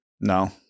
No